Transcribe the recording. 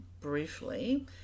briefly